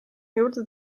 juurde